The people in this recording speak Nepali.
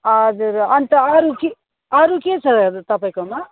हजुर अन्त अरू के अरू के छ तपाईँकोमा